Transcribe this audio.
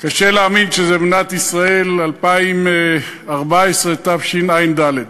קשה להאמין שזה במדינת ישראל 2014, תשע"ד.